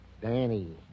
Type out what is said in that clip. Danny